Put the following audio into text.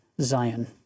Zion